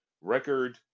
record